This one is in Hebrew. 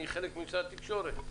אני חלק ממשרד התקשורת.